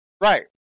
Right